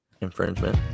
infringement